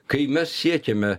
kai mes siekiame